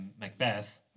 Macbeth